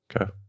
okay